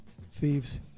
Thieves